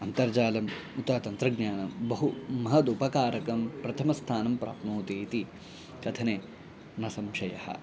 अन्तर्जालम् उत तन्त्रज्ञानं बहु महदुपकारकं प्रथमस्थानं प्राप्नोति इति कथने न संशयः